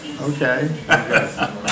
okay